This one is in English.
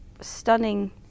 stunning